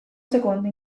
secondo